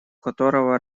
которого